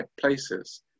places